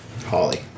Holly